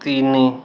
ତିନି